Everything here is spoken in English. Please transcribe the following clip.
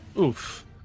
Oof